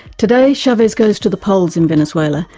today, chavez goes to the polls in venezuela,